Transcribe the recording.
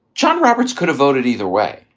john roberts could have voted either way.